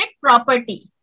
property